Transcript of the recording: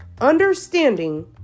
understanding